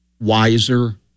wiser